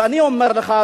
ואני אומר לך,